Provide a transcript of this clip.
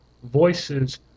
voices